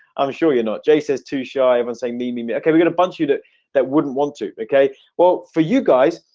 i'm sure you're not jay says too. shy of and say me me me okay we're gonna punch you that that wouldn't want to okay? well for you guys.